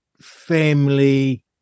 family